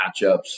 matchups